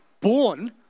born